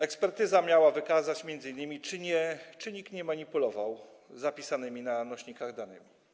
Ekspertyza miała wykazać m.in., czy nikt nie manipulował zapisanymi na nośnikach danymi.